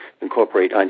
incorporate